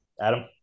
Adam